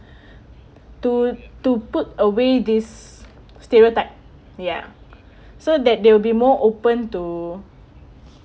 to to put away this stereotype ya so that they will be more open to